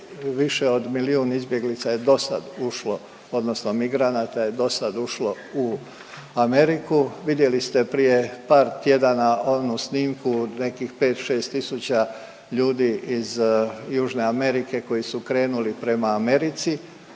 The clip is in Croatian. više od milijun izbjeglica je dosad ušlo odnosno migranata je dosad ušlo u Ameriku. Vidjeli ste prije par tjedana onu snimku nekih 5-6 tisuća ljudi iz Južne Amerike koji su krenuli prema Americi.